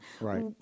Right